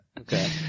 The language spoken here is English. Okay